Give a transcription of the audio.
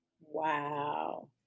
Wow